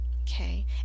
okay